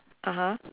(uh huh)